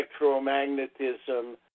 electromagnetism